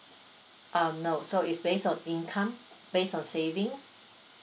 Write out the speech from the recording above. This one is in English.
um no so it's based on income based on saving